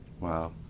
Wow